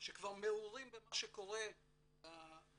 שכבר מעורים במה שקורה במדינה,